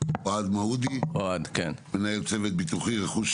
מעודי, בבקשה.